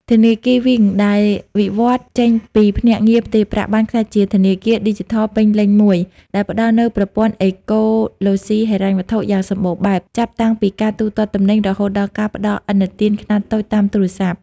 ធនាគារ វីង (Wing ) ដែលវិវត្តន៍ចេញពីភ្នាក់ងារផ្ទេរប្រាក់ បានក្លាយជាធនាគារឌីជីថលពេញលេញមួយ ដែលផ្ដល់នូវប្រព័ន្ធអេកូឡូស៊ីហិរញ្ញវត្ថុយ៉ាងសម្បូរបែប ចាប់តាំងពីការទូទាត់ទំនិញ រហូតដល់ការផ្ដល់ឥណទានខ្នាតតូចតាមទូរស័ព្ទ។